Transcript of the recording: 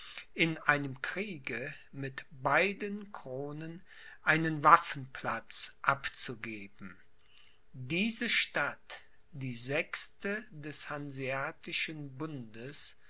in einem kriege mit beiden kronen einen waffenplatz abzugeben diese stadt die sechste des hanseatischen bundes